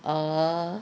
oh